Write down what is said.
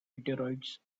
meteorites